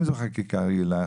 אם זו חקיקה רגילה,